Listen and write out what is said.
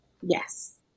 Yes